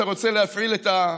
אתה רוצה להפעיל את השעון.